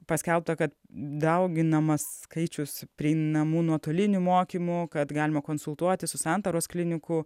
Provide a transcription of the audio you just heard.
paskelbta kad dauginamas skaičius prieinamu nuotoliniu mokymo kad galima konsultuotis su santaros klinikų